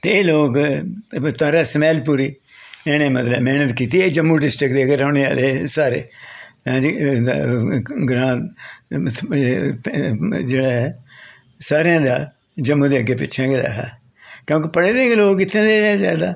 केईं लोग तारा स्मैलपूरी इ'नें मतलब मैह्नत कीती एह् जम्मू डिस्ट्रिक्ट दे गै रौह्नें आह्ले हे सारे ऐं जी ग्रांऽ जेह्ड़ा ऐ सारें दा जम्मू दे अग्गें पिच्छें गै हा क्योंकि पढ़े लिखे दे लोग इत्थें दे गै हे जादा